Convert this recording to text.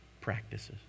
practices